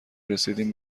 رسیدیم